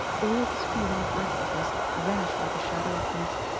all of his feeling of restlessness vanished like a shadow of mist.